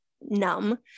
numb